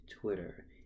Twitter